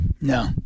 No